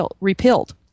repealed